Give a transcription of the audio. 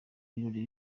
ibirori